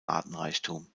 artenreichtum